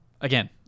Again